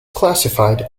classified